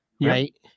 right